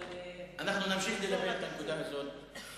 אבל, אנחנו נמשיך ללבן את הנקודה הזאת,